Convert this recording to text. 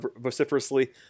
vociferously